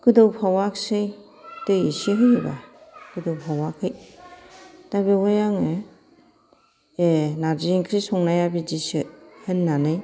गोदौफावाखसै दै एसे होहोबा गोदौफावाखै दा बेवहाय आङो ए नार्जि ओंख्रि संनाया बिदिसो होन्नानै